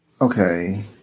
Okay